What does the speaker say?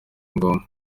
ngombwa